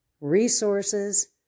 resources